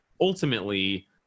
ultimately